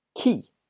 key